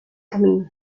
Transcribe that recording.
camino